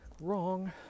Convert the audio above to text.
wrong